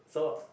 so